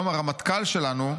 היום הרמטכ"ל שלנו,